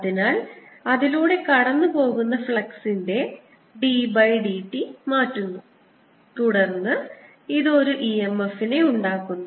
അതിനാൽ അതിലൂടെ കടന്നുപോകുന്ന ഫ്ലക്സിന്റെ dd t മാറ്റുന്നു തുടർന്ന് ഇത് ഒരു e m f നെ ഉണ്ടാക്കുന്നു